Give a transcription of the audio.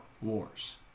Wars